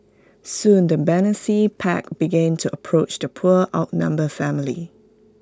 soon the pack began to approach the poor outnumbered family